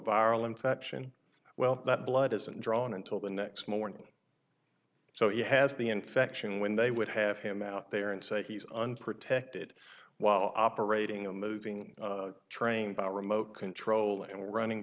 viral infection well that blood isn't drawn until the next morning so he has the infection when they would have him out there and say he's unprotected while operating a moving train by remote control and running